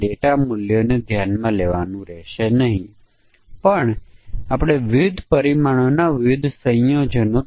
વિસ્તાર કોડ 11 થી 999 ની વચ્ચે છે અને પ્રત્યય કોઈપણ 6 અંકોનો છે